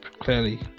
clearly